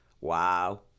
wow